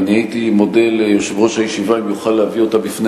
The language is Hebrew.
והייתי מודה ליושב-ראש הישיבה אם יוכל להביא אותה בפני